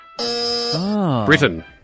Britain